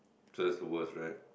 so that's the worst right